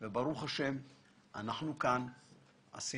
וברוך השם עשינו כאן שימוע